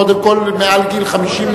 קודם כול מעל גיל 50,